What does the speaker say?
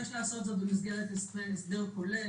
יש לעשות זאת במסגרת הסדר כולל,